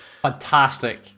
Fantastic